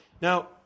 Now